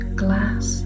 glass